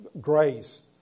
Grace